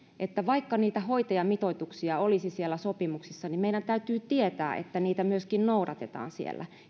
että vaikka niitä hoitajamitoituksia olisi sopimuksissa niin meidän täytyy tietää että niitä myöskin noudatetaan siellä